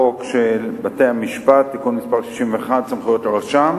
בהצעת חוק בתי-המשפט (תיקון מס' 61) (סמכויות רשם),